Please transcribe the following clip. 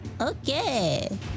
Okay